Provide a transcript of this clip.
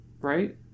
Right